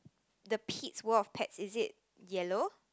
the Pete's World of Pet is it yellow